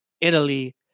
Italy